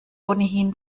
ohnehin